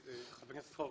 חבר הכנסת פורר,